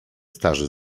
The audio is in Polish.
starzy